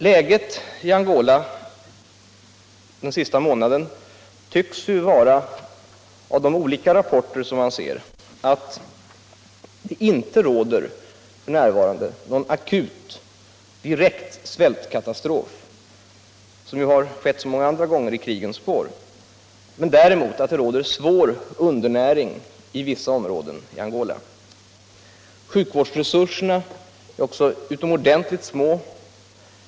Läget i Angola tycks vara sådant, att döma av de olika rapporter man har sett under den senaste månaden, att det f. n. inte råder någon akut, direkt svältkatastrof — det har ju varit fallet så många andra gånger i krigets spår. Däremot tycks det råda svår undernäring i vissa områden i Angola. Sjukvårdsresurserna är också utomordentligt små.